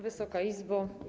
Wysoka Izbo!